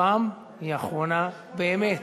הפעם היא האחרונה באמת.